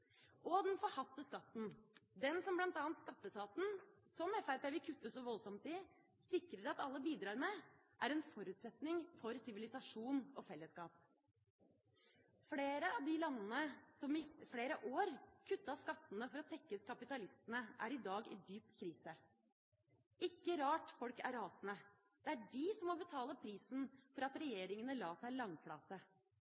økonomer. Den forhatte skatten – som bl.a. Skatteetaten, som Fremskrittspartiet vil kutte så voldsomt i, sikrer at alle bidrar med – er en forutsetning for sivilisasjon og fellesskap. Flere av de landene som i flere år kuttet skattene for å tekkes kapitalistene, er i dag i dyp krise. Det er ikke rart at folk er rasende. Det er de som må betale prisen for at